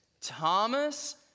Thomas